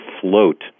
float